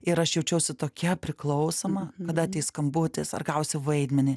ir aš jaučiausi tokia priklausoma kada ateis skambutis ar gausiu vaidmenį